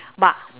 but